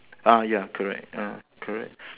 ah ya correct ah correct